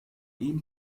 ihm